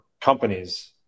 companies